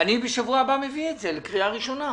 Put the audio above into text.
אני בשבוע הבא מביא את זה לקריאה ראשונה.